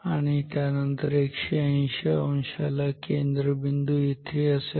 आणि त्यानंतर 180 अंशाला केंद्र बिंदू येथे असेल